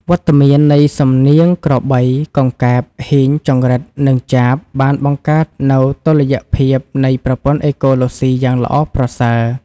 វត្តមាននៃសំនៀងក្របី កង្កែប ហ៊ីង ចង្រិត និងចាប បានបង្កើតនូវតុល្យភាពនៃប្រព័ន្ធអេកូឡូស៊ីយ៉ាងល្អប្រសើរ។